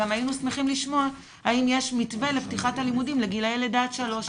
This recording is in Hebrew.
היינו שמחים לשמוע אם יש מתווה לפתיחת הלימודים לגיל לידה עד שלוש.